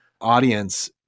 audience